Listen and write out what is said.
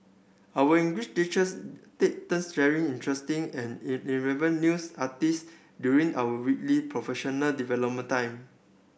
our English teachers take turns sharing interesting and news artist during our weekly professional development time